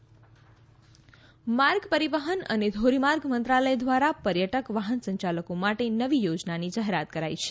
tourist vehicle scheme માર્ગ પરિવહન અને ધોરીમાર્ગ મંત્રાલય દ્વારા પર્યટક વાહન સંયાલકો માટે નવી યોજનાની જાહેરાત કરાઈ છે